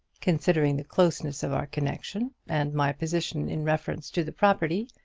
considering the closeness of our connection, and my position in reference to the property,